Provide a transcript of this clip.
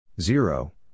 Zero